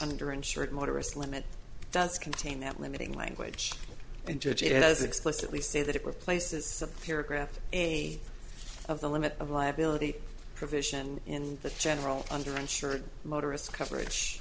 under insured motorists limit does contain that limiting language and judge it has explicitly say that it replaces subparagraph a of the limit of liability provision in the general under insured motorists coverage